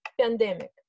pandemic